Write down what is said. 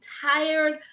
tired